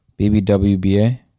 BBWBA